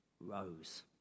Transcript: rose